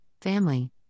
family